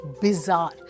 bizarre